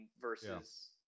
versus